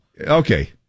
Okay